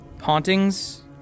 hauntings